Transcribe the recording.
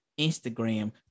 Instagram